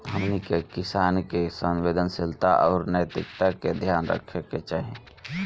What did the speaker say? हमनी के किसान के संवेदनशीलता आउर नैतिकता के ध्यान रखे के चाही